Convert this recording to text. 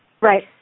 Right